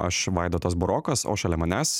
aš vaidotas burokas o šalia manęs